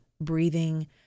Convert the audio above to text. breathing